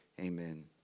Amen